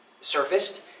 surfaced